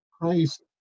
Christ